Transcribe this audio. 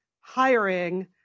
hiring